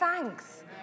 thanks